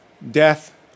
death